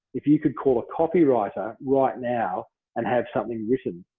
if you could call a copywriter right now and have something written.